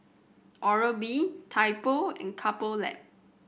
Oral B Typo and Couple Lab